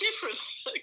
difference